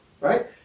right